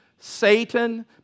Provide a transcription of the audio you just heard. Satan